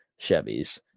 Chevys